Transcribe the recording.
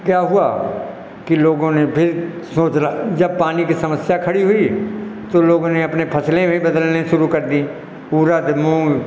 क्या हुआ कि लोगों ने फिर सोच लिया जब पानी की समस्या खड़ी हुई तो लोगों ने अपने फसलें भी बदलनी शुरू कर दी उड़द मूँग